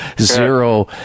zero